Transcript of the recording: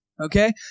Okay